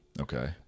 okay